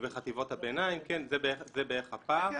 כן, זה בערך הפער.